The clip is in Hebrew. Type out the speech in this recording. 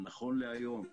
אבל נכון להיום,